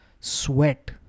sweat